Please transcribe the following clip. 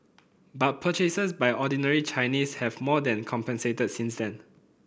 but purchases by ordinary Chinese have more than compensated since then